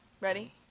Ready